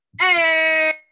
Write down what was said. Hey